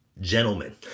gentlemen